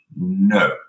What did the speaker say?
No